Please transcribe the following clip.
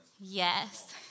Yes